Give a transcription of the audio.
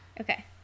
Okay